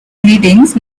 greetings